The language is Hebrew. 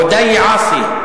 עודי עאסי,